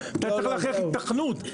אתה צריך להוכיח היתכנות,